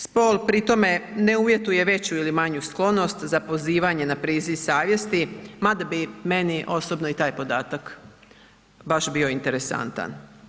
Spol pri tome ne uvjetuje veću ili manju sklonost za pozivanje na priziv savjesti mada bi meni osobno i taj podatak baš bio interesantan.